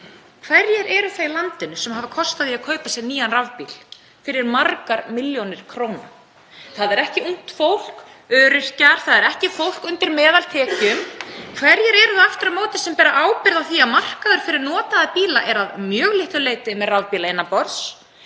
Hverjir eru það í landinu sem hafa kost á því að kaupa sér nýjan rafbíl fyrir margar milljónir króna? Það er ekki ungt fólk, öryrkjar, ekki fólk sem er undir meðaltekjum. Hverjir eru það aftur á móti sem bera ábyrgð á því að markaður fyrir notaða bíla er að mjög litlu leyti með rafbíla innanborðs?